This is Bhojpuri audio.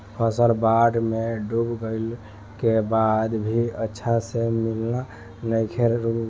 फसल बाढ़ में डूब गइला के बाद भी अच्छा से खिलना नइखे रुकल